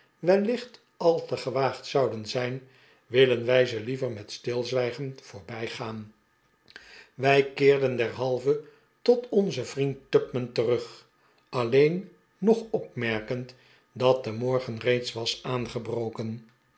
wellicht al te gewaagd zouden zijn willen wij ze liever met stilzwijgen voorbijgaan wij keeren derhalve tot onzen vriend tupman terug alleen hog opmerkend dat de morgen reeds was aangebroken